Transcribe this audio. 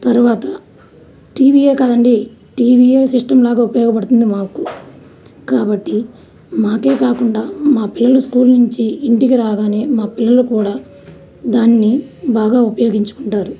తర్వాత టీవీయే కాదండి టీవీయే సిస్టంలాగా ఉపయోగపడుతుంది మాకు కాబట్టి మాకే కాకుండా మా పిల్లలు స్కూల్ నుంచి ఇంటికి రాగానే మా పిల్లలు కూడా దాన్ని బాగా ఉపయోగించుకుంటారు